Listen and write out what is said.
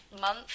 month